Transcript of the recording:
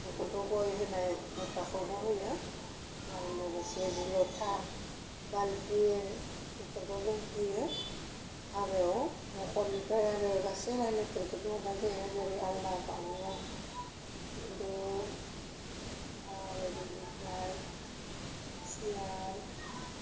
बेफोरखौ गय होनाय बाथाखौबो होयो आरो लोगोसे जि लथा बालथिं बेफोरखौ जों होयो हाबायाव न'खरनिफ्राय आरो गासै लाइ लथरखौनो हरनाय जायो जेरै आलना पालें दो आरो बेनिफ्राय सियार